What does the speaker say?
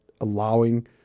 allowing